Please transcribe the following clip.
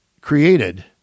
created